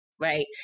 right